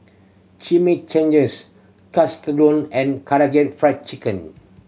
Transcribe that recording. Chimichanges and Karaage Fried Chicken